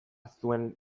zuen